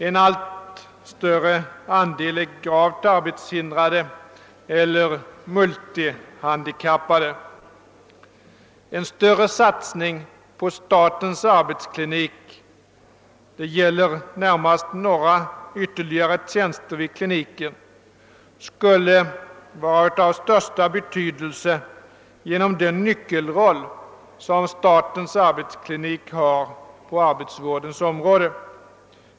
En allt större andel är gravt arbetshindrade eller multihandikappade. En större satsning på statens arbetsklinik — det gäller närmast ytterligare några tjänster på kliniken — skulle vara av största betydelse på grund av den nyckelroll som kliniken har på arbetsvårdens område.